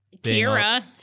Kira